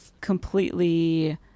completely